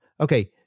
okay